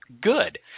Good